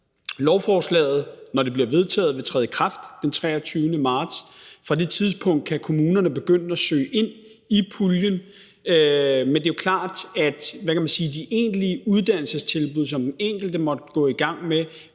Lovforslaget, når det bliver vedtaget, vil træde i kraft den 23. marts. Fra det tidspunkt kan kommunerne begynde at søge ind i puljen. Men det er klart, at de, hvad kan man sige, egentlige uddannelsestilbud, som den enkelte måtte gå i gang med,